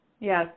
Yes